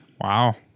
Wow